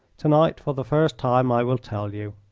to-night for the first time i will tell you.